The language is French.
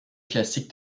classiques